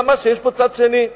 אלא מה, שיש פה צד שני.